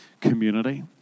community